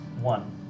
One